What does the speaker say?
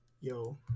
Yo